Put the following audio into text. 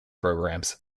programmes